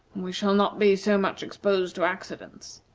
we shall not be so much exposed to accidents.